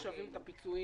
איך משלמים פיצויים.